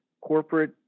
corporate